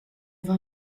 war